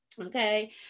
Okay